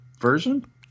version